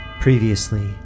Previously